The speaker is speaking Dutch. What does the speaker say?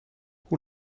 hoe